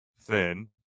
thin